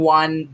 one